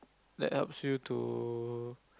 like helps you to